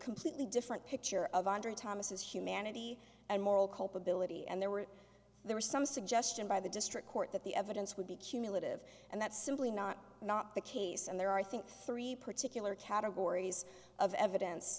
completely different picture of andrea thomas's humanity and moral culpability and there were there was some suggestion by the district court that the evidence would be cumulative and that's simply not not the case and there are i think three particular categories of evidence